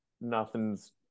nothing's